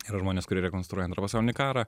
yra žmonės kurie rekonstruoja antrą pasaulinį karą